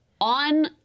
on